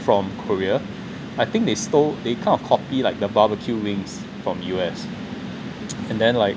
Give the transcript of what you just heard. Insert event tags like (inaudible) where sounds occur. from korea I think they stole they kind of of copy like the barbecue wings from U_S (noise) and then like